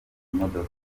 imodoka